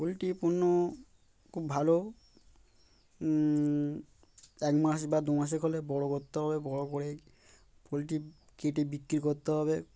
poultry পণ্য খুব ভালো এক মাস বা দু মাসের কলে বড় করতে হবে বড় করেই পোলট্রি কেটে বিক্রি করতে হবে